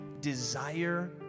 desire